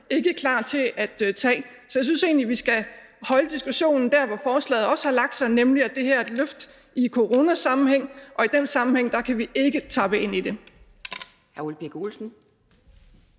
ikke klar til at tage, så jeg synes egentlig , at vi skal holde diskussionen der, hvor forslaget har lagt sig, nemlig at det her er et løft i coronasammenhæng, og i den sammenhæng kan vi ikke støtte det.